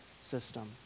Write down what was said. system